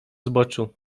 zboczu